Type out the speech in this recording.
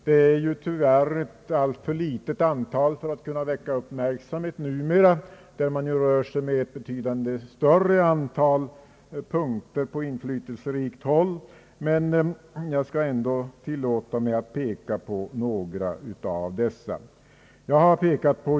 Det är tyvärr ett alltför ringa antal för att kunna väcka uppmärksamhet numera, när man på inflytelserikt håll rör sig med ett betydligt större antal punkter. Jag skall ändå tillåta mig att ta upp några av de i motionen angivna punkterna.